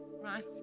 right